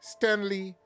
Stanley